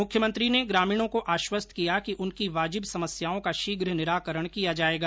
मुख्यमंत्री ने ग्रामीणों को आश्वस्त किया कि उनकी वाजिब समस्याओं का शीघ निराकरण किया जाएगा